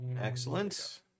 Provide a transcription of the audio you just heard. Excellent